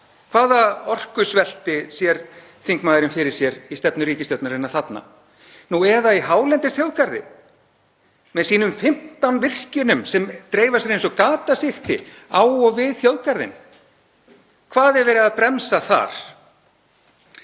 Hvaða orkusvelti sér þingmaðurinn fyrir sér í stefnu ríkisstjórnarinnar þarna? Nú, eða í hálendisþjóðgarði með sínum 15 virkjunum sem dreifa sér eins og gatasigti á og við þjóðgarðinn? Hvað er verið að bremsa þar?